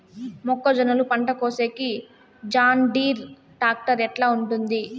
మొక్కజొన్నలు పంట కోసేకి జాన్డీర్ టాక్టర్ ఎట్లా ఉంటుంది?